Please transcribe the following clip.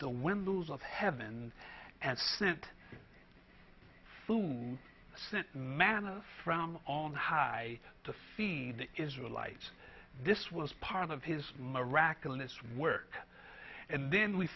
the windows of heaven and sent food sent manna from on high to feed the israelites this was part of his miraculous work and then we